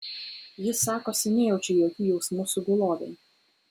jis sakosi nejaučia jokių jausmų sugulovei